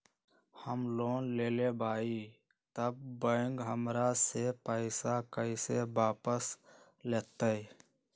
हम लोन लेलेबाई तब बैंक हमरा से पैसा कइसे वापिस लेतई?